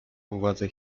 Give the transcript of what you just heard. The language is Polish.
władze